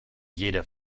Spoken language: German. jeder